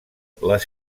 les